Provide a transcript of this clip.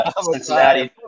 Cincinnati